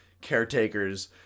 caretakers